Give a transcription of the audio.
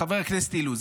חבר הכנסת אילוז,